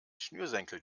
schnürsenkel